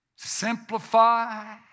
Simplify